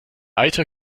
eiter